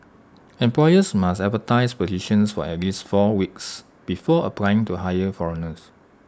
employers must advertise positions for at least four weeks before applying to hire foreigners